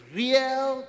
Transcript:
real